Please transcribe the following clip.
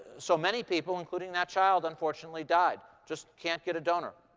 so many people, including that child, unfortunately, died just can't get a donor.